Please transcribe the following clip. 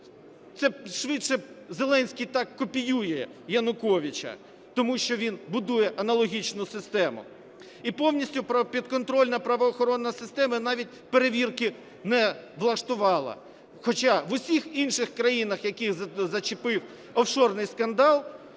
це швидше Зеленський так копіює Януковича, тому що він будує аналогічну систему, і повністю підконтрольна правоохоронна система навіть перевірки не влаштувала. Хоча в усіх інших країнах, які зачепив офшорний скандал,